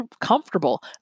comfortable